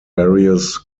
various